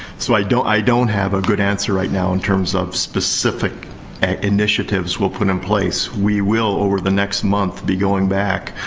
so, i don't i don't have a good answer right now in terms of specific initiatives we'll put in place. we will, over the next month, be going back,